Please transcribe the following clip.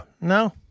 No